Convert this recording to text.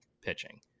pitching